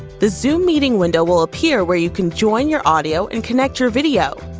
the zoom meeting window will appear where you can join your audio and connect your video.